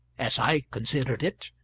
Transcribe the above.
as i considered it.